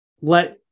let